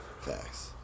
facts